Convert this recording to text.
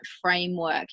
framework